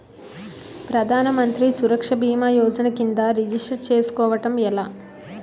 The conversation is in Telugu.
ప్రధాన మంత్రి సురక్ష భీమా యోజన కిందా రిజిస్టర్ చేసుకోవటం ఎలా?